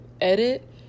edit